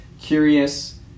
curious